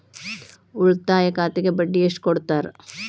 ಉಳಿತಾಯ ಖಾತೆಗೆ ಬಡ್ಡಿ ಎಷ್ಟು ಕೊಡ್ತಾರ?